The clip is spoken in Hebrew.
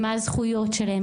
מה הזכויות שלהם,